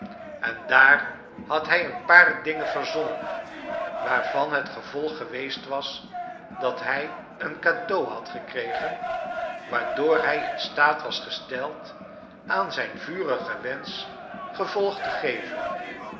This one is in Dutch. en daar had hij een paar dingen verzonnen waarvn het gevolg geweest was dat hij een cadeau had gekregen waardoor hij in staat was gesteld aan zijn vurigen wensch gevolg te geven